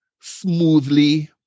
smoothly